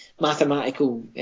mathematical